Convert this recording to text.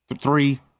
three